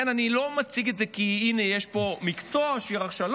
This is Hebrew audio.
אני לא מציג את זה כאילו יש פה מקצוע שהיא רכשה,